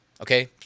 okay